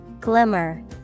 Glimmer